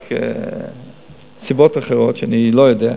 רק יש סיבות אחרות שאני לא יודע,